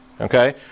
okay